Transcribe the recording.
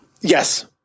Yes